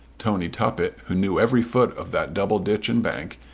tony tuppet, who knew every foot of that double ditch and bank,